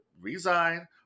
resign